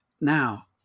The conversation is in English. now